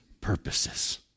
purposes